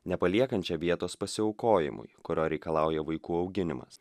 nepaliekančia vietos pasiaukojimui kurio reikalauja vaikų auginimas